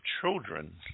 children